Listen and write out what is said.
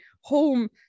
home